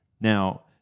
Now